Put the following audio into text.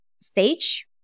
stage